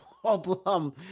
problem